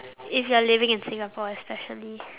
if you're living in singapore especially